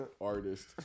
Artist